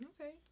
Okay